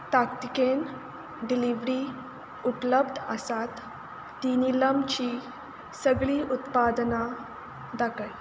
ताकतिकेन डिलिव्हरी उपलब्ध आसात तीं नीलमचीं सगळीं उत्पादनां दाखय